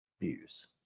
views